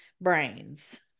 brains